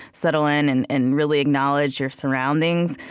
settle in and and really acknowledge your surroundings.